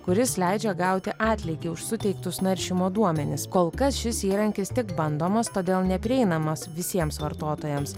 kuris leidžia gauti atlygį už suteiktus naršymo duomenis kol kas šis įrankis tik bandomas todėl neprieinamas visiems vartotojams